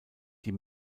die